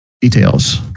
details